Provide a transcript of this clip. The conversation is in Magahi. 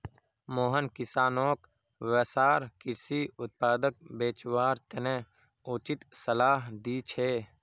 मोहन किसानोंक वसार कृषि उत्पादक बेचवार तने उचित सलाह दी छे